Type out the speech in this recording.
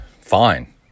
fine